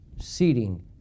seating